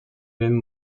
mêmes